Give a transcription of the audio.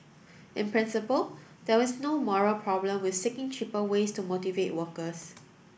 in principle there is no moral problem with seeking cheaper ways to motivate workers